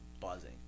buzzing